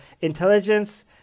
intelligence